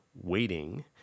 waiting